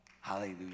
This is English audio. Hallelujah